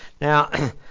Now